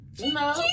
no